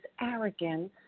arrogance